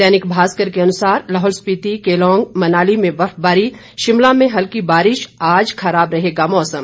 दैनिक भास्कर के अनुसार लाहौल स्पीति केलांग मनाली में बर्फबारी शिमला में हल्की बारिश आज खराब रहेगा मौसम